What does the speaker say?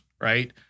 Right